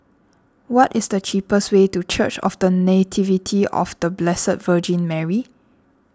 what is the cheapest way to Church of the Nativity of the Blessed Virgin Mary